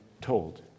told